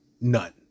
none